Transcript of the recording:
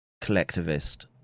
collectivist